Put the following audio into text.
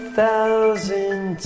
thousand